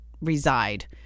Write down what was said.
reside